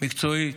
מקצועית